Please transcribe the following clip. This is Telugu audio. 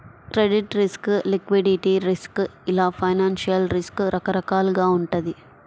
క్రెడిట్ రిస్క్, లిక్విడిటీ రిస్క్ ఇలా ఫైనాన్షియల్ రిస్క్ రకరకాలుగా వుంటది